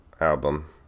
album